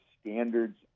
standards